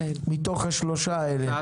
מתוך שלוש ההצעות?